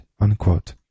unquote